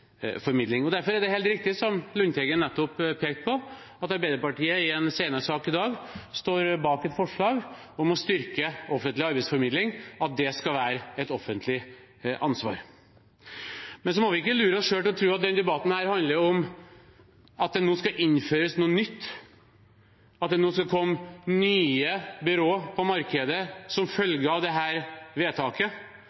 Derfor er det helt riktig, som Lundteigen nettopp pekte på, at Arbeiderpartiet i en senere sak i dag står bak et forslag om å styrke offentlig arbeidsformidling – at arbeidsformidling skal være et offentlig ansvar. Men så må vi ikke lure oss selv til å tro at denne debatten handler om at det nå skal innføres noe nytt, at det nå skal komme nye byråer på markedet som